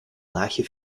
laagje